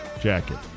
jacket